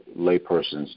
layperson's